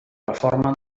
reforma